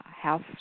House